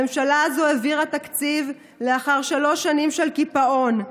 הממשלה הזו העבירה תקציב לאחר שלוש שנים של קיפאון.